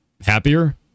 happier